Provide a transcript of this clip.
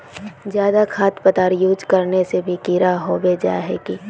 ज्यादा खाद पदार्थ यूज करना से भी कीड़ा होबे जाए है की?